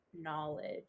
knowledge